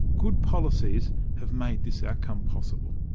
good policies have made this outcome possible.